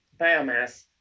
biomass